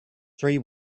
three